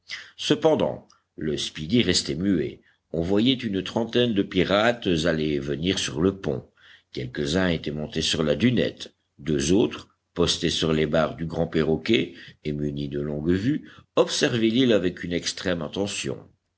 cependant le speedy restait muet on voyait une trentaine de pirates aller et venir sur le pont quelques-uns étaient montés sur la dunette deux autres postés sur les barres du grand perroquet et munis de longues vues observaient l'île avec une extrême attention